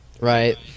right